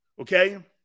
Okay